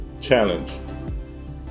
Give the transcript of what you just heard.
challenge